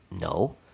no